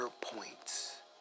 points